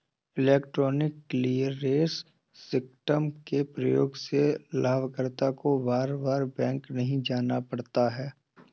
electronic clearance system के प्रयोग से लाभकर्ता को बार बार बैंक नहीं जाना पड़ता है